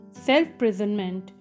self-prisonment